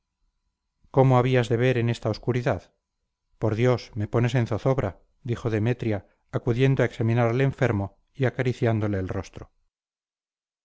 cómo habías de ver en esta obscuridad por dios me pones en zozobra dijo demetria acudiendo a examinar al enfermo y acariciándole el rostro